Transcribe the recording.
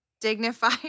dignified